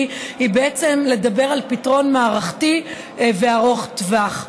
היא בעצם לדבר על פתרון מערכתי וארוך טווח.